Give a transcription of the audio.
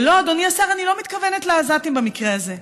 ולא, אדוני השר, אני לא מתכוונת לעזתים במקרה הזה.